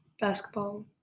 basketball